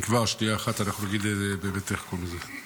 אם כבר, כשיהיה 13:00 אנחנו נגיד, איך קוראים לזה.